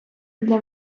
для